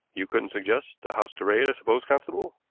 you couldn't suggest a house to raid, i suppose, constable.